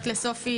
לסופי,